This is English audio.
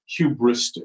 hubristic